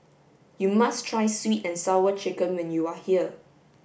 you must try sweet and sour chicken when you are here